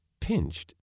pinched